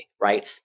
right